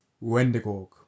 Wendigo